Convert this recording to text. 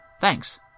Thanks